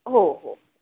हो हो